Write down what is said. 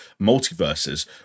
multiverses